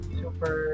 super